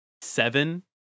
seven